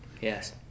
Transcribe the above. Yes